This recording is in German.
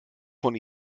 von